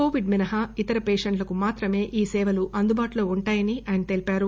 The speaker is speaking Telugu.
కోవిడ్ మినహా ఇతర పేషెంట్లకు మాత్రమే ఈ సేవలు అందుబాటులో ఉంటాయని ఆయన తెలిపారు